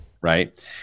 right